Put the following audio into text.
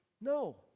No